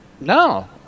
no